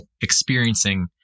experiencing